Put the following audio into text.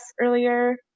earlier